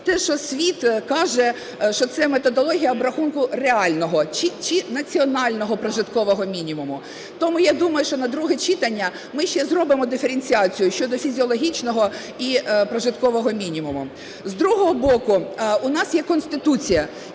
Те, що світ каже, що це методологія обрахунку реального чи національного прожиткового мінімуму. Тому я думаю, що на друге читання ми ще зробимо диференціацію щодо фізіологічного прожиткового мінімуму. З другого боку, у нас є Конституція,